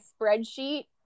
spreadsheet